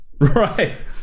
right